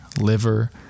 liver